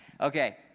Okay